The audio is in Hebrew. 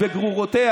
גם הערבי,